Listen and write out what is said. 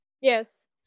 Yes